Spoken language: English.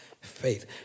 faith